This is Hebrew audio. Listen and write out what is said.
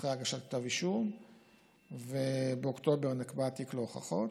אחרי הגשת כתב האישום ובאוקטובר נקבע התיק להוכחות,